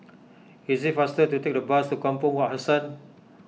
it is faster to take the bus to Kampong Wak Hassan